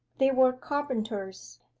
they were carpenters,